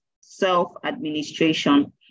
self-administration